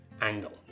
angle